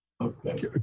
Okay